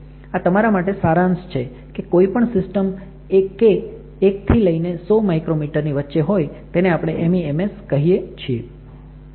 આ તમારા માટે સારાંશ છે કે કોઈ પણ સિસ્ટમ કે 1 થી લઈને 100 માઈક્રોમીટર ની વચ્ચે હોય તેને આપણે MEMS કહી શકીએ છીએ